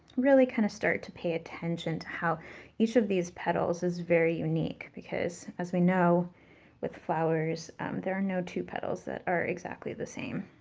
really kind of, starting to pay attention to how each of these petals is very unique because as we know with flowers there are no two petals that are exactly the same.